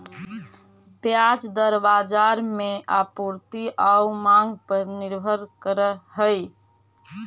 ब्याज दर बाजार में आपूर्ति आउ मांग पर निर्भर करऽ हइ